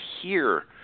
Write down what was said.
hear